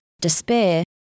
despair